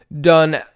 done